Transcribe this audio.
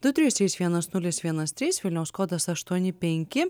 du trys trys vienas nulis vienas trys vilniaus kodas aštuoni penki